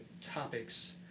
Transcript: topics